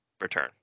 return